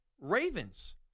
Ravens